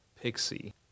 Pixie